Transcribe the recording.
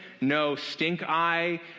no-stink-eye